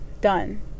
done